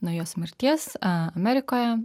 nuo jos mirties amerikoje